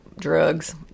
drugs